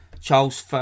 Charles